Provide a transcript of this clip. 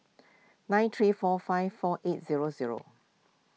nine three four five four eight zero zero